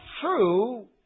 true